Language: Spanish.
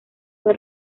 fue